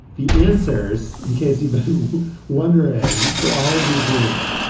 the answers, in case you're wondering, for all of these weeks.